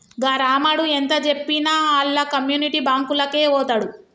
గా రామడు ఎంతజెప్పినా ఆళ్ల కమ్యునిటీ బాంకులకే వోతడు